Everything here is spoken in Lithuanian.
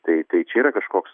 tai tai čia yra kažkoks